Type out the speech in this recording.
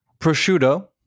Prosciutto